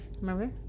Remember